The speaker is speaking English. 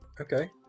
Okay